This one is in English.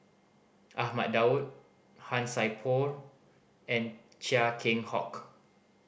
Ahmad Daud Han Sai Por and Chia Keng Hock